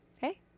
Hey